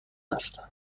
است